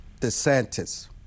DeSantis